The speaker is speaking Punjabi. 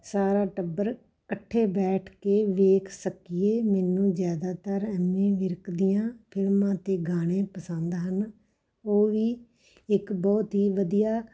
ਸਾਰਾ ਟੱਬਰ ਇਕੱਠੇ ਬੈਠ ਕੇ ਵੇਖ ਸਕੀਏ ਮੈਨੂੰ ਜ਼ਿਆਦਾਤਰ ਐਮੀ ਵਿਰਕ ਦੀਆਂ ਫਿਲਮਾਂ ਅਤੇ ਗਾਣੇ ਪਸੰਦ ਹਨ ਉਹ ਵੀ ਇੱਕ ਬਹੁਤ ਹੀ ਵਧੀਆ